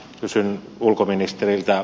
kysyn ulkoministeriltä